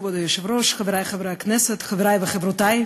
כבוד היושב-ראש, חברי חברי הכנסת, חברי וחברותי,